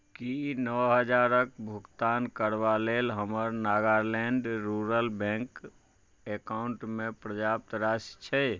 की नओ हजारक भुगतान करबा लेल हमर नागालैंड रूरल बैंक अकाउन्टमे पर्याप्त राशि छै